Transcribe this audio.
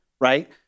right